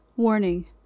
Warning